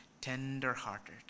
tender-hearted